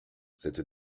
cette